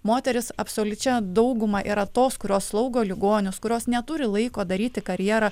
moteris absoliučia dauguma yra tos kurios slaugo ligonius kurios neturi laiko daryti karjerą